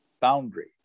boundary